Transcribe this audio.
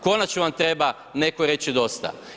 Konačno vam treba netko reći dosta.